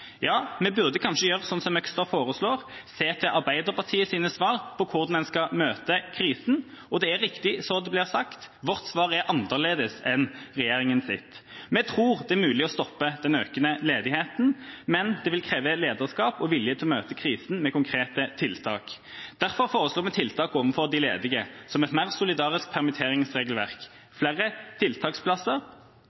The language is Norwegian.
Vi burde kanskje gjøre som Møgster foreslår: Se til Arbeiderpartiets svar på hvordan en skal møte krisen. Det er riktig som det blir sagt, vårt svar er annerledes enn regjeringas. Vi tror det er mulig å stoppe den økende ledigheten, men det vil kreve lederskap og vilje til å møte krisen med konkrete tiltak. Derfor foreslår vi tiltak overfor de ledige, som et mer solidarisk permitteringsregelverk, flere tiltaksplasser,